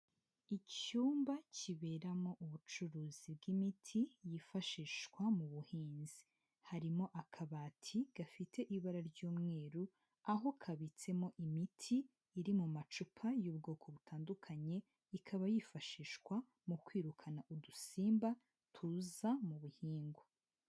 Icyumba kiberamo ubucuruzi bw'imiti yifashishwa mu buhinzi, harimo akabati gafite ibara ry'umweru aho kabitsemo imiti iri mu macupa y'ubwoko butandukanye, ikaba yifashishwa mu kwirukana udusimba tuza mu buhingwa.